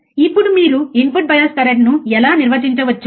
ఇప్పుడు మీరు input bias కరెంట్ను ఎలా నిర్వచించవచ్చు